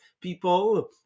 people